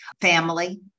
Family